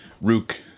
Rook